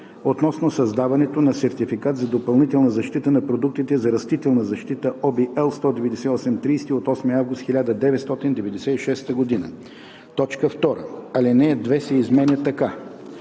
относно създаването на сертификат за допълнителна защита на продуктите за растителна защита (OB, L 198/30 от 8 август 1996)“. 2. Алинея 2 се изменя така: